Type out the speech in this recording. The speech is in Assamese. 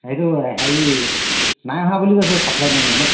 এইটো হেৰি নাই অহা বুলি কৈছে ছাপ্লাই মেনজনে